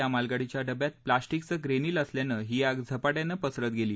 या मालगाडीच्या डब्यात प्लास्टिक चं ग्रेनील असल्यानं ही आग झपाट्यानं पसरत गेली